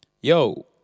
Yo